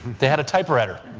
they had a typewriter